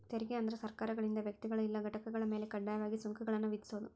ತೆರಿಗೆ ಅಂದ್ರ ಸರ್ಕಾರಗಳಿಂದ ವ್ಯಕ್ತಿಗಳ ಇಲ್ಲಾ ಘಟಕಗಳ ಮ್ಯಾಲೆ ಕಡ್ಡಾಯವಾಗಿ ಸುಂಕಗಳನ್ನ ವಿಧಿಸೋದ್